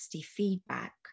feedback